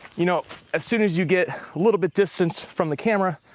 you know as soon as you get a little bit distanced from the camera,